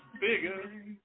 bigger